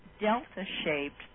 delta-shaped